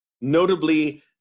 notably